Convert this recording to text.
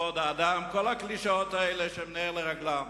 כבוד האדם, כל הקלישאות האלה שהן נר לרגליהם.